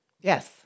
yes